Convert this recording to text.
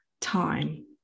time